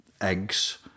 eggs